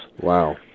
Wow